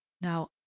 now